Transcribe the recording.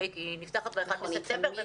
היא נפתחת ב-1 בספטמבר,